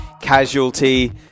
casualty